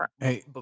Hey